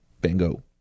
Bingo